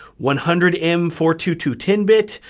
one hundred m four two two ten bit,